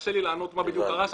קשה לי לענות מה בדיוק קרה שם.